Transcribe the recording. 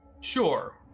Sure